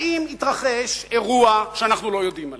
האם התרחש אירוע שאנחנו לא יודעים עליו?